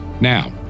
Now